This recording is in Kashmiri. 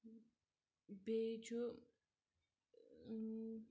بیٚیہِ چھُ